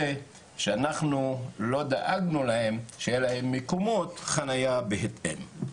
שאנחנו לא דאגנו שיהיו להם מקומות חניה מתאימים.